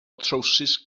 trowsus